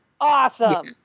Awesome